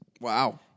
Wow